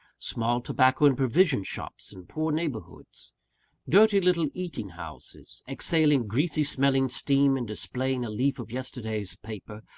small tobacco and provision-shops in poor neighbourhoods dirty little eating-houses, exhaling greasy-smelling steam, and displaying a leaf of yesterday's paper,